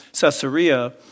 Caesarea